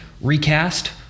Recast